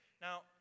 now